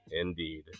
indeed